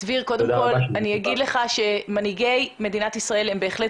אני אגיד לך שמנהיגי מדינת ישראל הם בהחלט